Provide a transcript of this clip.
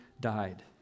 died